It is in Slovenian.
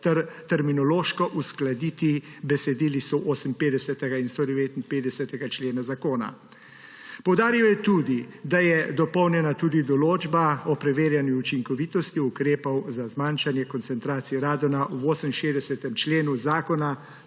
terminološko uskladiti besedili 158. in 159. člena zakona. Poudaril je tudi, da je dopolnjena tudi določba o preverjanju učinkovitosti ukrepov za zmanjšanje koncentracij radona v 68. členu zakona